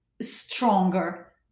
stronger